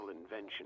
invention